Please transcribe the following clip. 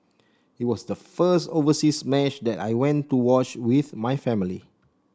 it was the first overseas match that I went to watch with my family